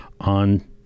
on